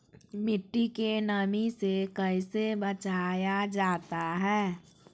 मट्टी के नमी से कैसे बचाया जाता हैं?